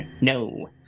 No